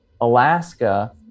Alaska